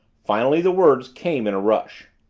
finally the words came in a rush.